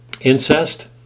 incest